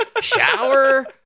shower